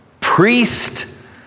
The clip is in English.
priest